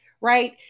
right